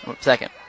second